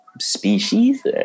species